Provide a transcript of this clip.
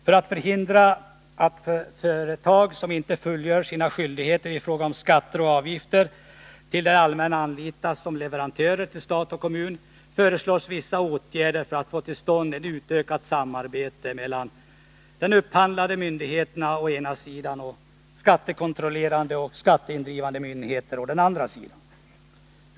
För att förhindra att företag som inte fullgör sina skyldigheter i fråga om skatter och avgifter till det allmänna anlitas som leverantörer till stat och kommun, föreslås vissa åtgärder för att få till stånd ett utökat samarbete mellan de upphandlande myndigheterna å ena sidan och de skattekontrollerande och skatteindrivande myndigheterna å den andra sidan.